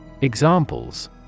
Examples